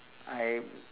I